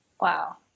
Wow